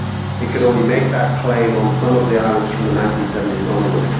it can only make that claim on some of the islands from the nineteen seventy s onwards.